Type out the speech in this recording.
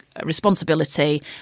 responsibility